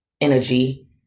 energy